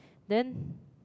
then